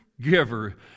giver